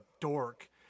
dork